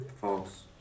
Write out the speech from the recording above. False